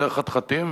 בדרך חתחתים,